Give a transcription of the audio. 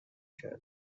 کرد